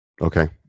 Okay